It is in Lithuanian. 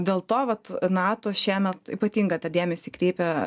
dėl to vat nato šiemet ypatingą tą dėmesį kreipia